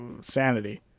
Sanity